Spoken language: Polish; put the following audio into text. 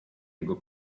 jego